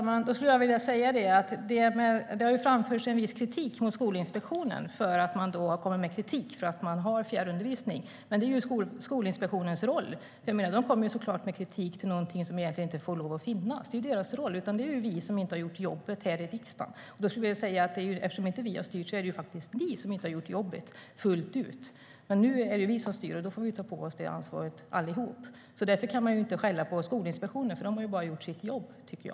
Fru talman! Det har ju framförts viss kritik mot Skolinspektionen för att den har kommit med kritik mot att man har fjärrundervisning. Men det är ju Skolinspektionens roll - de kommer såklart med kritik mot någonting som egentligen inte får lov att finnas. Det är deras roll. Det är vi som inte har gjort jobbet här i riksdagen, och eftersom det inte är vi som har styrt är det faktiskt ni som inte har gjort jobbet fullt ut, Ulrika Carlsson.